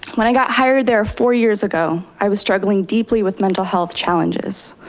when i got hired there four years ago, i was struggling deeply with mental health challenges.